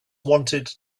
wanted